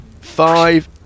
Five